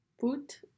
Put